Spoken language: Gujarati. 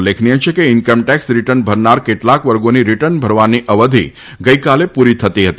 ઉલ્લેખનિય છે કે ઈન્કમટેક્સ રિટર્ન ભરનાર કેટલાક વર્ગોની રિટર્ન ભરવાની અવધી ગઈકાલે પુરી થતી હતી